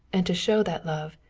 and to show that love,